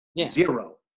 Zero